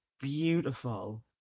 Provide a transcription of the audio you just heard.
beautiful